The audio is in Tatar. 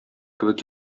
кебек